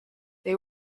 they